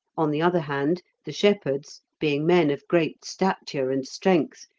on the other hand, the shepherds, being men of great stature and strength,